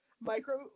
micro